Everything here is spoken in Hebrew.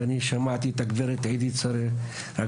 ושמעתי את הגברת עדית סרגוסטי,